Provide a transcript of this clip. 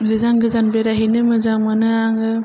गोजान गोजान बेरायहैनो मोजां मोनो आङो